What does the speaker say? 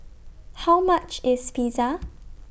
How much IS Pizza